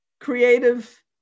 creative